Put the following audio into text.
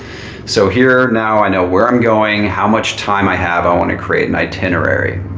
so here now, i know where i'm going, how much time i have. i want to create an itinerary.